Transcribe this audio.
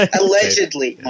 allegedly